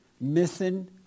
missing